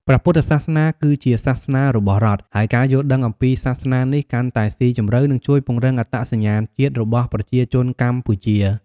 ព្រះពុទ្ធសាសនាគឺជាសាសនារបស់រដ្ឋ ហើយការយល់ដឹងអំពីសាសនានេះកាន់តែស៊ីជម្រៅ នឹងជួយពង្រឹងអត្តសញ្ញាណជាតិរបស់ប្រជាជនកម្ពុជា។